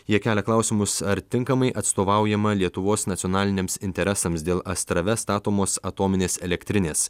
jie kelia klausimus ar tinkamai atstovaujama lietuvos nacionaliniams interesams dėl astrave statomos atominės elektrinės